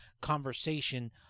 conversation